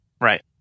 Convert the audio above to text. right